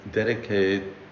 dedicate